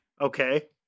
Okay